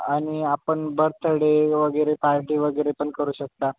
आणि आपण बर्थडे वगैरे पार्टी वगैरेपण करू शकता